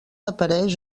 apareix